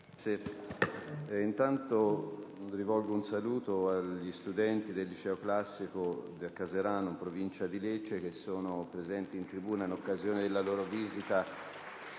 finestra"). Rivolgo un saluto agli studenti del Liceo classico di Casarano, in provincia di Lecce, presenti in tribuna in occasione della loro visita